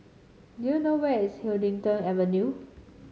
do you know where is Huddington Avenue